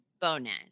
bonus